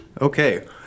Okay